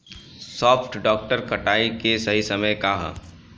सॉफ्ट डॉ कटाई के सही समय का ह?